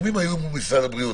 יש ניסיון להחזיר אותם חזרה לתמונה.